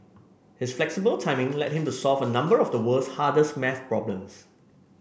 his flexible timing led him to solve a number of the world's hardest maths problems